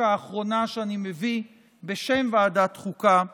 האחרונה שאני מביא בשם ועדת חוקה מלפנות,